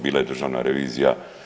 Bila je Državna revizija.